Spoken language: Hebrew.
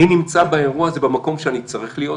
אני נמצא באירוע זה במקום שאני צריך להיות,